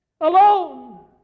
alone